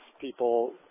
people